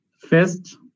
first